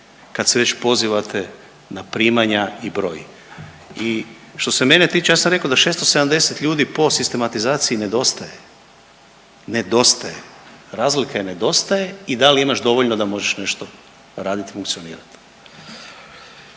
kad se već pozivate na primanja i broj. I što se mene tiče ja sam rekao da 670 ljudi po sistematizaciji nedostaje, nedostaje, razlika je nedostaje i da li imaš dovoljno da možeš nešto raditi i funkcionirati.